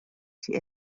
die